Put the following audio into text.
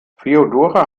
feodora